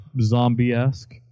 zombie-esque